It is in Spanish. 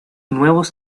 nuevos